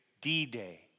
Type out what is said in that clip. D-Day